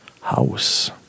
house